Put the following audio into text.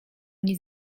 nic